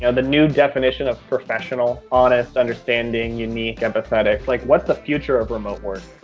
and the new definition of professional, honest, understanding, unique, empathetic, like what's the future of remote work?